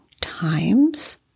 times